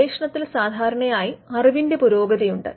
ഗവേഷണത്തിൽ സാധാരണയായി അറിവിന്റെ പുരോഗതി ഉണ്ട്